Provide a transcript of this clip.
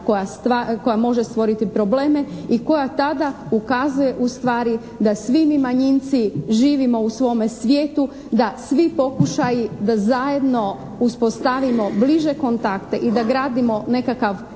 koja može stvoriti probleme i koja tada ukazuje u stvari da svi mi manjinci živimo u svome svijetu, da pokušaji da zajedno uspostavimo bliže kontakte i da gradimo nekakav